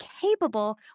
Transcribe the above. capable